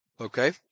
Okay